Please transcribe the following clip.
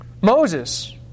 Moses